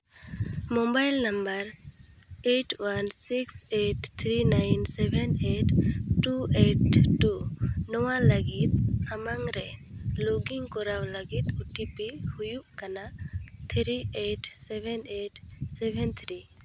mobile number eight one six eight three nine seven eight two eight two ᱱᱚᱣᱟ ᱞᱟᱹᱜᱤᱫ ᱟᱢᱟᱜ ᱨᱮ login ᱠᱚᱨᱟᱣ ᱞᱟᱹᱜᱤᱫ ᱳᱴᱤᱯᱤ ᱦᱩᱭᱩᱜ ᱠᱟᱱᱟ three eight seven eight seven three